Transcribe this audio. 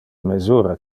mesura